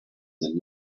than